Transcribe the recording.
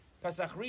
Pesach